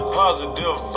positive